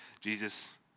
Jesus